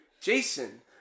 jason